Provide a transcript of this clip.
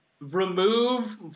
remove